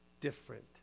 different